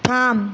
থাম